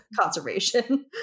conservation